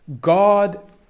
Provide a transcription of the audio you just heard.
God